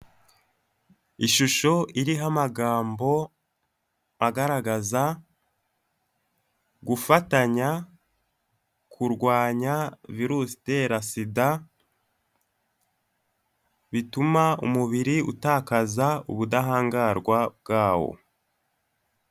Ishusho iriho amagambo agaragaza gufatanya kurwanya virusi itera SIDA, bituma umubiri utaza ubudahangarwa bwawo.